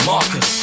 Marcus